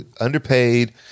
underpaid